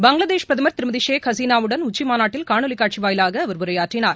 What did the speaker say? பங்ளாதேஷ் பிரதமா் திருமதி ஷேக் ஹசீனாவுடனான உச்சி மாநாட்டில் காணொலி காட்சி வாயிலாக அவர் உரையாற்றினார்